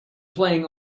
playing